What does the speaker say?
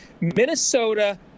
Minnesota